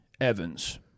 Evans